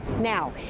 now,